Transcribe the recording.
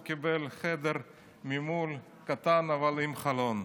והוא קיבל חדר קטן ממול אבל עם חלון.